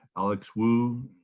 alex wu,